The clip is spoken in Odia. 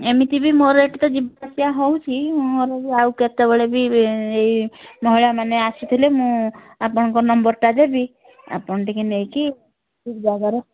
ଏମିତି ବି ମୋର ଏଠି ତ ଯିବା ଆସିବା ହେଉଛି ମୋର ବି ଆଉ କେତେବେଳେ ବି ଏଇ ମହିଳାମାନେ ଆସିଥିଲେ ମୁଁ ଆପଣଙ୍କ ନମ୍ବରଟା ଦେବି ଆପଣ ଟିକେ ନେଇକି ଠିକ୍ ଜାଗାରେ